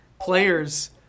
players –